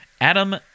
Adam